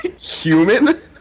Human